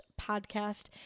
Podcast